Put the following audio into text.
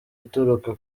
uturuka